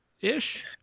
ish